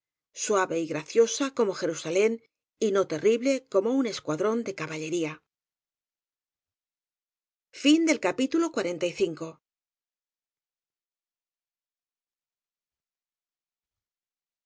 suave y graciosa como jerusalén y no terrible como un escuadrón de caba